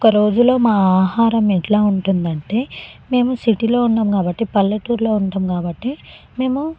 ఒక్క రోజులో మా ఆహారం ఎట్లా ఉంటుంది అంటే మేము సిటీలో ఉన్నాము కాబట్టి పల్లెటూళ్ళో ఉంటాము కాబట్టి మేము